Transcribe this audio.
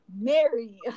Mary